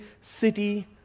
city